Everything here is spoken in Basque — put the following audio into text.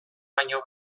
baino